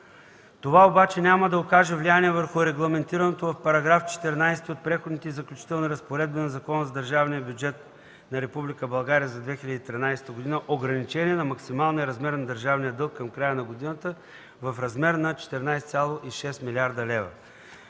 Това обаче няма да окаже влияние върху регламентираното в § 14 от Преходните и заключителните разпоредби на Закона за държавния бюджет на Република България за 2013 г. ограничение за максималния размер на държавния дълг към края на годината от 14,6 млрд. лв.